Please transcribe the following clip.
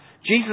Jesus